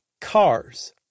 Cars